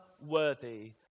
worthy